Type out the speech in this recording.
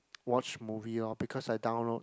watch movie lor because I download